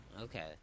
Okay